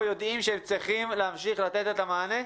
יודעים שהם צריכים להמשיך לתת את המענה?